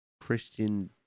Christian